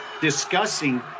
discussing